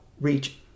reach